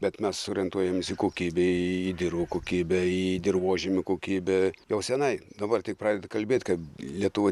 bet mes orientuojamės į kokybę į dirvų kokybę į dirvožemio kokybę jau senai dabar tik pradeda kalbėt kad lietuvoj